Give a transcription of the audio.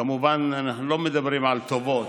כמובן שאנחנו לא מדברים על טובות.